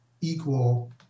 equal